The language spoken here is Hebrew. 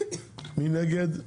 מי נגד?